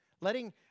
Letting